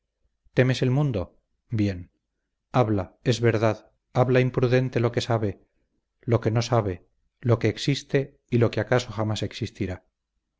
temes el mundo bien habla es verdad habla imprudente lo que sabe lo que no sabe lo que existe y lo que acaso jamás existirá